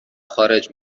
خارج